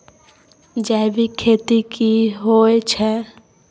जैविक खेती की होए छै?